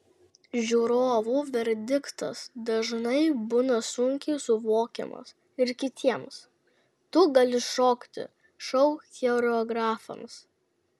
žiūrovų verdiktas dažnai būna sunkiai suvokiamas ir kitiems tu gali šokti šou choreografams